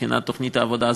מבחינת תוכנית העבודה,